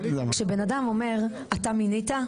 כשבן אדם אומר 'אתה מינית,